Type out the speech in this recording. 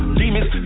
demons